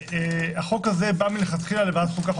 החוק הזה בא מלכתחילה לוועדת החוקה,